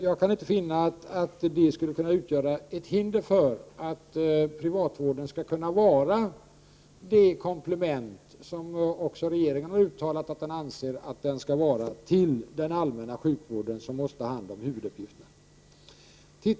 Jag kan inte finna att det skulle kunna utgöra ett hinder för att privatvården skall kunna vara det komplement som också regeringen har uttalat att den anser att den skall vara till den allmänna sjukvården, som ändå måste ha hand om huvuduppgiften.